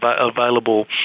available